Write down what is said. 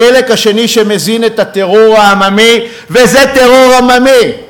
החלק השני, שמזין את הטרור העממי, וזה טרור עממי,